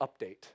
update